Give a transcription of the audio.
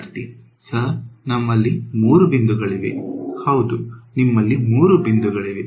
ವಿದ್ಯಾರ್ಥಿ ಸರ್ ನಮ್ಮಲ್ಲಿ ಮೂರು ಬಿಂದುಗಳಿವೆ ಹೌದು ನಿಮ್ಮಲ್ಲಿ ಮೂರು ಬಿಂದುಗಳಿವೆ